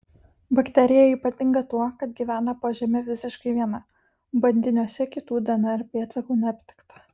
bakterija ypatinga tuo kad gyvena po žeme visiškai viena bandiniuose kitų dnr pėdsakų neaptikta